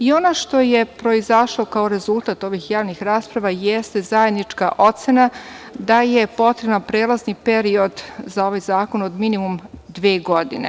Ono što je proizašlo kao rezultat ovih javnih rasprava jeste zajednička ocena da je potreban prelazni period za ovaj zakon od minimum dve godine.